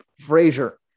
Frazier